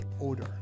odor